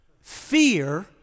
fear